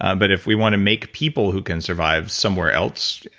um but if we want to make people who can survive somewhere else,